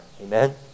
Amen